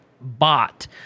bot